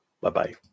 Bye-bye